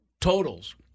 totals